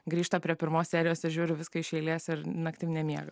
grįžta prie pirmos serijos ir žiūri viską iš eilės ir naktim nemiega